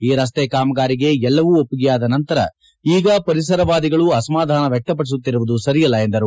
ಈ ರಸ್ತೆ ಕಾಮಗಾರಿಗೆ ಎಲ್ಲವೂ ಒಪ್ಪಿಗೆಯಾದ ನಂತರ ಈಗ ಪರಿಸರವಾದಿಗಳು ಅಸಮಾಧಾನ ವ್ಯಕ್ತಪಡಿಸುತ್ತಿರುವುದು ಸರಿಯಲ್ಲ ಎಂದರು